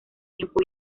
tiempo